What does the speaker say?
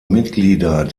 mitglieder